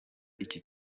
iki